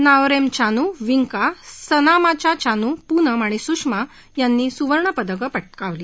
नाओरेम चानू विंका सनामाचा चानू पूनम आणि सुषमा यांनी सुवर्णपदकं पटकावली